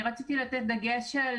אני רציתי לתת דגש על